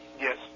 Yes